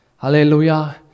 Hallelujah